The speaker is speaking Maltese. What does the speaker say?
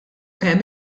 kemm